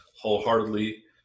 Wholeheartedly